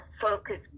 focus